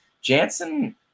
Jansen